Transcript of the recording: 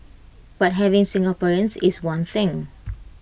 but having Singaporeans is one thing